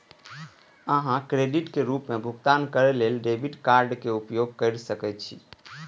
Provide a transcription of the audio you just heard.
अहां क्रेडिटक रूप मे भुगतान करै लेल डेबिट कार्डक उपयोग कैर सकै छी